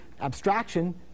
abstraction